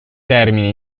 termine